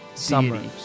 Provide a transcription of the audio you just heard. Summers